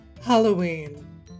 Halloween